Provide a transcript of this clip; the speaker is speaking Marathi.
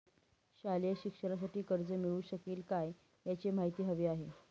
शालेय शिक्षणासाठी कर्ज मिळू शकेल काय? याची माहिती हवी आहे